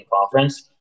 conference